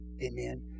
Amen